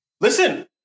Listen